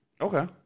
Okay